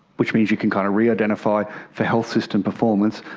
which means you can kind of re-identify for health system performance,